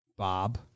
Bob